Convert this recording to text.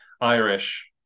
Irish